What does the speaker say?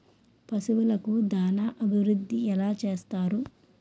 పశువులకు దాన అభివృద్ధి ఎలా చేస్తారు?